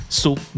soup